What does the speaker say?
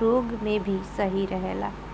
रोग में भी सही रहेला